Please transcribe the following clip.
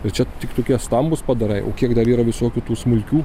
ir čia tik tokie stambūs padarai o kiek dar yra visokių tų smulkių